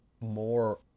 more